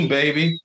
baby